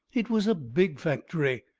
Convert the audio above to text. it was a big factory,